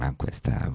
questa